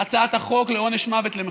הצעת החוק לעונש מוות למחבלים.